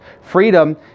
freedom